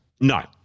No